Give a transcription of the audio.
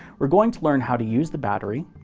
we're going to learn how to use the battery,